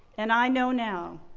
and i know now,